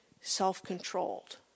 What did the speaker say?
self-controlled